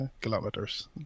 kilometers